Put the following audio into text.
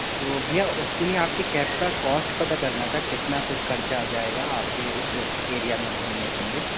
तो भैया उसके लिए आपकी कैब का कॉस्ट पता करना था कितना कुछ खर्चा आ जाएगा आपके इस एरिया में घूमने के लिए